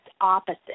opposite